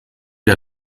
der